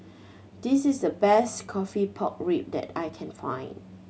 this is the best coffee pork rib that I can find